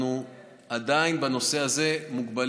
אנחנו עדיין מוגבלים בנושא הזה לתקציב,